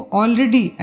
already